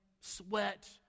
sweat